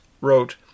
wrote